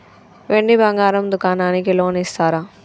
వెండి బంగారం దుకాణానికి లోన్ ఇస్తారా?